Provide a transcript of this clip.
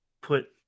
put